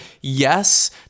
yes